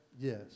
Yes